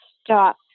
stop